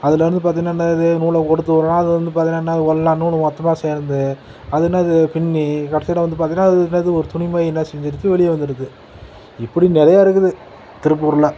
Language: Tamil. அதில் வந்து பார்த்திங்கன்னா என்னது நூலை கொடுத்து விட்றான் அது வந்து பார்த்திங்கன்னா என்ன ஆகுது எல்லா நூலும் மொத்தமாக சேர்ந்து அது என்னது பின்னி கடைசியில் வந்து பார்த்திங்கன்னா அது என்னது ஒரு துணி மாதிரி என்ன செஞ்சுடுச்சு வெளியே வந்துடுது இப்படி நிறையா இருக்குது திருப்பூரில்